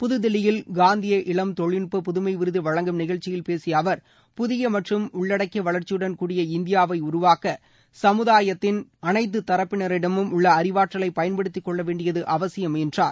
புதுதில்லியில் காந்திய இளம் தொழில்நுட்ப புதுமை விருது வழங்கும் நிகழ்ச்சியில் பேசிய அவர் புதிய மற்றும் உள்ளடக்கிய வளர்ச்சியுடன் கூடிய இந்தியாவை உருவாக்க சமுதாயத்தின் அனைத்து தரப்பினரிடமும் உள்ள அறிவாற்றலை பயன்படுத்திக் கொள்ள வேண்டியது அவசியம் என்றார்